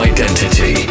Identity